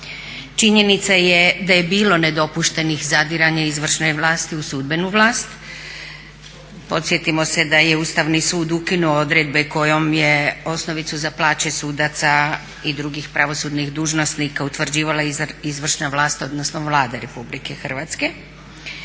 Činjenica je da je bilo nedopuštenih zadiranja izvršnoj vlasti u sudbenu vlast. Podsjetimo se da je Ustavni sud ukinuo odredbe kojom je osnovicu za plaće sudaca i drugih pravosudnih dužnosnika utvrđivala izvršna vlast, odnosno Vlada Republike Hrvatske.